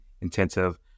intensive